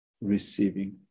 receiving